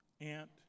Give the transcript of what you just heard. aunt